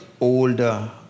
older